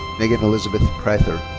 megan elizabeth prather.